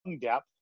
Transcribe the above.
depth